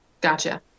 Gotcha